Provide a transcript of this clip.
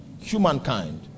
humankind